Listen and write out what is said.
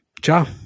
ciao